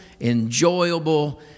enjoyable